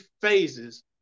phases